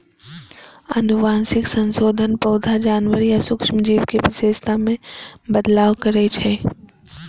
आनुवंशिक संशोधन पौधा, जानवर या सूक्ष्म जीव के विशेषता मे बदलाव करै छै